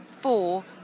four